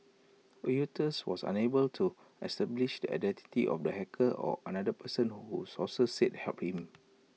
Reuters was unable to establish the identity of the hacker or another person who sources said helped him